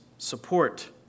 support